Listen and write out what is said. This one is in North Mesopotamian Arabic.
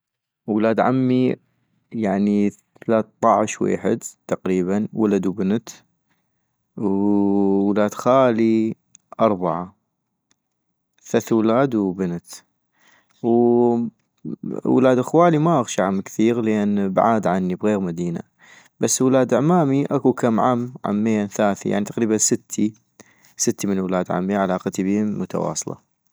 ولاد عمي يعني ثلطعش ويحد تقريبا ولد وبنت - و ولاد خالي أربعة ، ثث ولاد وبنت - و ولاد خوالي ما اغشعم كثيغ لان بعاد عني بغيغ مدينة - بس ولاد عمامي اكو كم عم ، عمين ثاثي يعني تقريبا ستي ستيف من ولاد عمي علاقتي بيهم متواصلة